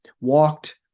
walked